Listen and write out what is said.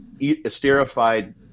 esterified